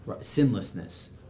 sinlessness